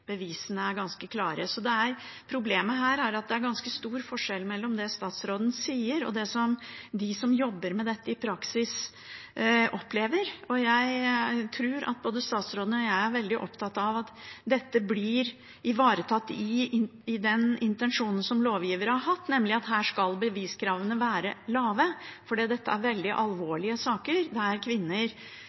bevisene er ganske klare. Så problemet her er at det er ganske stor forskjell mellom det statsråden sier, og det de som jobber med dette i praksis, opplever. Jeg tror at både statsråden og jeg er veldig opptatt av at dette blir ivaretatt i den intensjonen som lovgiver har hatt, nemlig at her skal beviskravene være lave. For dette er veldig alvorlige saker der kvinner